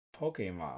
Pokemon